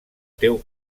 teu